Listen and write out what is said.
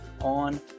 on